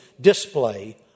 display